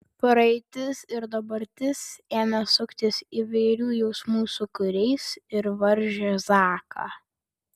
praeitis ir dabartis ėmė suktis įvairių jausmų sūkuriais ir varžė zaką